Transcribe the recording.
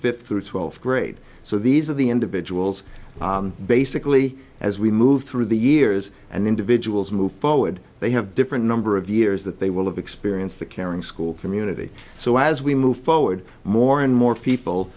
fifth through twelfth grade so these are the individuals basically as we move through the years and individuals move forward they have different number of years that they will experience the caring school community so as we move forward more and more people